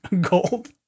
gold